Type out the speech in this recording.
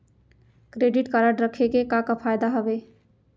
Credit card रखे के का का फायदा हवे?